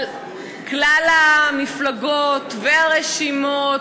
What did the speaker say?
כלל המפלגות והרשימות,